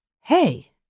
hey